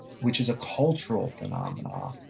which is a cultural phenomenon,